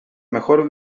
mejor